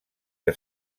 que